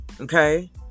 okay